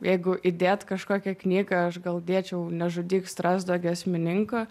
jeigu įdėt kažkokią knygą aš gal dėčiau nežudyk strazdo giesmininko